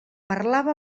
parlava